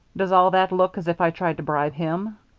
does all that look as if i tried to bribe him?